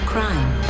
Crime